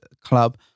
club